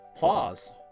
pause